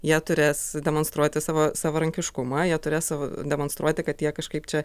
jie turės demonstruoti savo savarankiškumą jie turės savo demonstruoti kad jie kažkaip čia